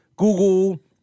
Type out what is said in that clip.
Google